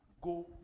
Go